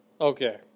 Okay